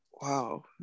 wow